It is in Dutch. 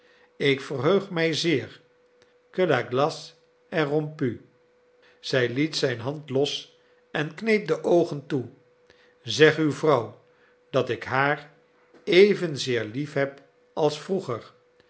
ik verheug mij zeer que la glace est rompue zij liet zijn hand los en kneep de oogen toe zeg uw vrouw dat ik haar evenzeer liefheb als vroeger